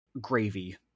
gravy